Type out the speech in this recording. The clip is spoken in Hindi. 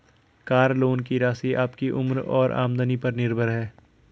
कार लोन की राशि आपकी उम्र और आमदनी पर निर्भर है